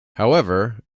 however